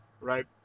right